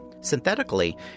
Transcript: Synthetically